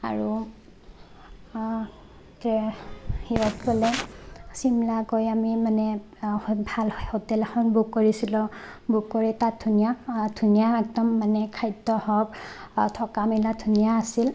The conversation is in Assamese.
আৰু সিহঁত মানে চিমলা গৈ আমি মানে ভাল হোটেল এখন বুক কৰিছিলোঁ বুক কৰি তাত ধুনীয়া ধুনীয়া একদম মানে খাদ্য হওক থকা মেলা ধুনীয়া আছিল